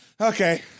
Okay